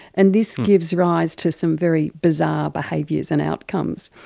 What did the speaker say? and this gives rise to some very bizarre behaviours and outcomes.